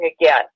again